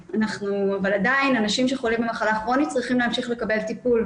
אבל עדיין אנשים שחולים במחלה כרונית צריכים להמשיך לקבל טיפול.